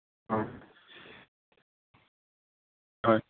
হয় হয়